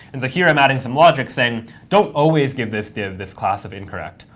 and so here i'm adding some logic saying, don't always give this div this class of incorrect.